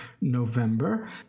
November